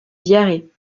diarrhée